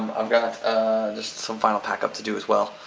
i've got just some final pack-up to do as well,